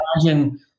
imagine